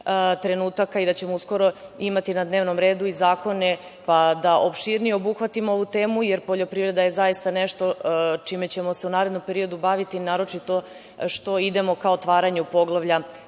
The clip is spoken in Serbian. trenutaka i da ćemo uskoro imati na dnevnom redu i zakone pa da opširnije obuhvatimo ovu temu, jer poljoprivreda je zaista nešto čime ćemo se u narednom periodu baviti, naročito što idemo ka otvaranju poglavlja